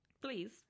please